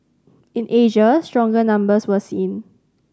in Asia stronger numbers were seen